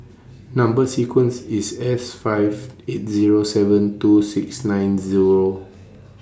Number sequence IS S five eight Zero seven two six nine Zero